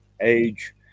Age